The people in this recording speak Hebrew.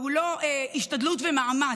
ולא להשתדלות ומאמץ.